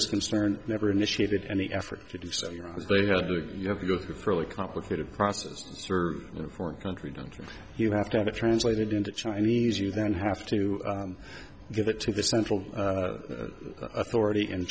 is concerned never initiated any effort to do so you have to go through fairly complicated process in a foreign country don't you have to have it translated into chinese you then have to give it to the central authority in